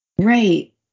Right